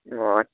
ও আচ্ছা